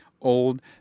old